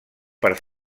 per